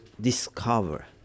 discover